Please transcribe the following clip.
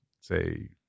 say